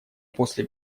после